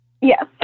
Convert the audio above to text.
Yes